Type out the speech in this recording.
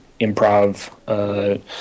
improv